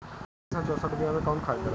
तीन सउ चउसठ बिया मे कौन खाद दलाई?